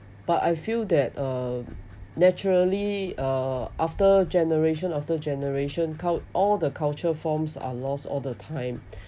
but I feel that uh naturally uh after generation after generation cul~ all the culture forms are lost all the time